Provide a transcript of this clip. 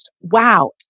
Wow